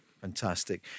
Fantastic